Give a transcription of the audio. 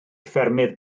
ffermydd